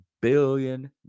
billion